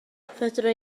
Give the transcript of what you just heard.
fedra